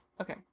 Okay